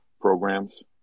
programs